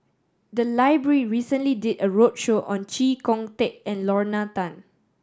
the library recently did a roadshow on Chee Kong Tet and Lorna Tan